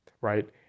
Right